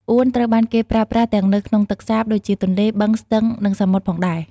អួនត្រូវបានគេប្រើប្រាស់ទាំងនៅក្នុងទឹកសាប ដូចជាទន្លេ បឹង ស្ទឹង និងសមុទ្រផងដែរ។